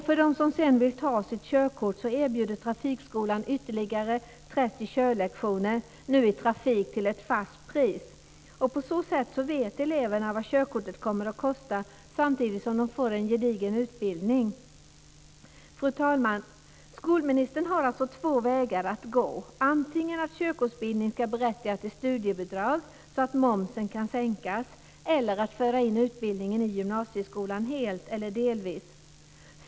För dem som sedan vill ta sitt körkort erbjuder trafikskolan ytterligare 30 körlektioner till ett fast pris. På så sätt vet eleverna vad körkortet kommer att kosta samtidigt som de får en gedigen utbildning. Fru talman! Skolministern har alltså två vägar att gå, antingen att körkortsutbildningen ska berättiga till studiebidrag så att momsen kan sänkas eller att körkortsutbildning ska införas i gymnasieskolan helt eller delvis.